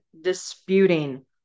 disputing